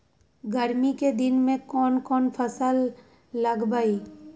गर्मी के दिन में कौन कौन फसल लगबई?